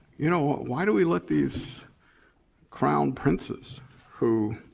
you know, why do we let these crown princes who.